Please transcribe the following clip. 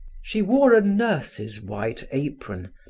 she wore a nurse's white apron,